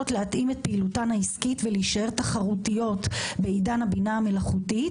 להתאים את פעילותן העסקית ולהישאר תחרותיות בעידן הבינה המלאכותית.